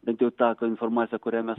bent jau tą tą informaciją kurią mes